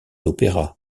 opéras